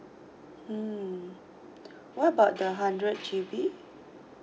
mm what about the hundred G_B